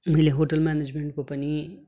मैले होटल मेनेजमेन्टको पनि